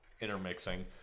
intermixing